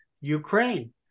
Ukraine